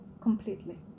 completely